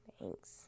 Thanks